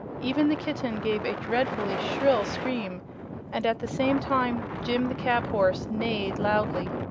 even the kitten gave a dreadfully shrill scream and at the same time jim the cab-horse neighed loudly.